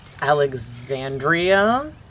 Alexandria